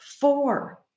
four